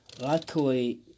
Luckily